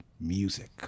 music